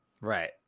Right